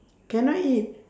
can I eat